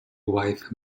wife